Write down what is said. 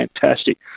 fantastic